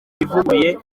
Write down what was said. ivuguruye